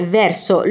verso